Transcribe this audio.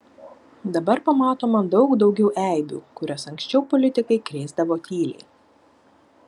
dabar pamatoma daug daugiau eibių kurias anksčiau politikai krėsdavo tyliai